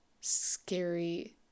scary